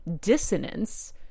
dissonance